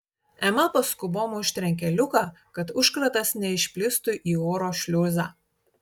ema paskubom užtrenkė liuką kad užkratas neišplistų į oro šliuzą